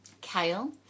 Kale